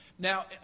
Now